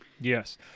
Yes